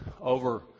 over